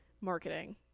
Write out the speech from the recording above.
marketing